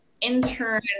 intern